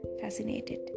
Fascinated